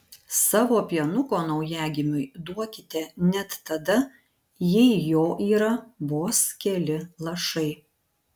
savo pienuko naujagimiui duokite net tada jei jo yra vos keli lašai